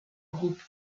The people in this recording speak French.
groupe